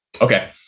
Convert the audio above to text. Okay